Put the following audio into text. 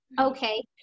Okay